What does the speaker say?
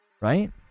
Right